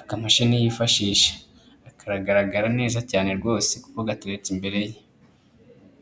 akamashini yifashisha karagaragara neza cyane rwose kuko gateretse imbere ye.